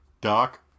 doc